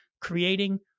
creating